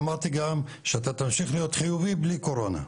ואמרתי גם שאתה תמשיך להיות חיובי בלי קורונה.